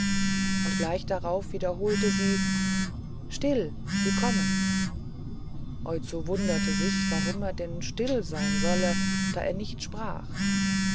und gleich darauf wiederholte sie still sie kommen oizo wunderte sich warum er denn still sein solle da er nicht sprach